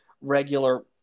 regular